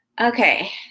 Okay